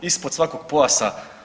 Ispod svakog pojasa.